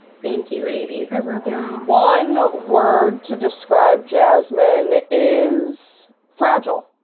thank you, ladies. i love y'all. one word to describe jazzmyne is fragile.